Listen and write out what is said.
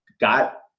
got